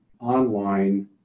online